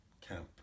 camp